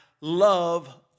love